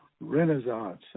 Renaissance